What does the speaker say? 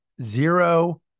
Zero